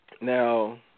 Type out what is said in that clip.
Now